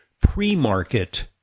pre-market